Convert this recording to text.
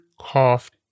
coughed